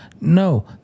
no